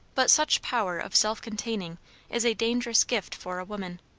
but such power of self-containing is a dangerous gift for a woman.